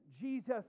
Jesus